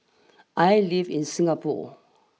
I live in Singapore